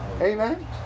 Amen